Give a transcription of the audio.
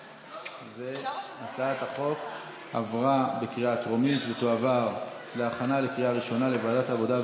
הצעת החוק עברה בקריאה טרומית ותועבר לוועדת העבודה,